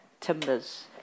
timbers